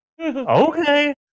Okay